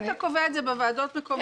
אם אתה קובע את זה בוועדות מקומיות,